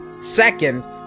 Second